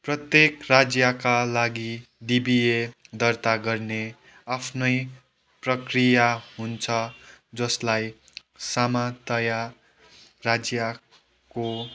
प्रत्येक राज्यका लागि डिबिए दर्ता गर्ने आफ्नै प्रक्रिया हुन्छ जसलाई सामान्यतय राज्यको